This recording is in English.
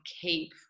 keep